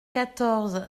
quatorze